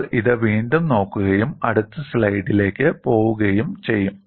നമ്മൾ ഇത് വീണ്ടും നോക്കുകയും അടുത്ത സ്ലൈഡിലേക്ക് പോകുകയും ചെയ്യും